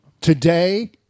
Today